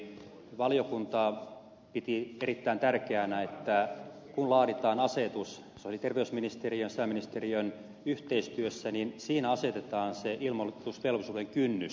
valiokunta piti erittäin tärkeänä että kun laaditaan asetus sosiaali ja terveysministeriön ja sisäministeriön yhteistyössä siinä asetetaan se ilmoitusvelvollisuuden kynnys